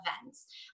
events